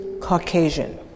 Caucasian